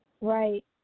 Right